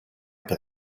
per